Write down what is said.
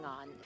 on